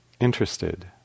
interested